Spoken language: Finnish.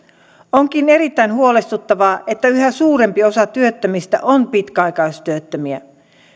onkin erittäin huolestuttavaa että yhä suurempi osa työttömistä on pitkäaikaistyöttömiä